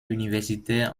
universitaire